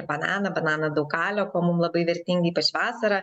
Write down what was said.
bananą bananą daug kalio ko mum labai vertingi ypač vasarą